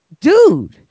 Dude